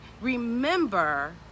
remember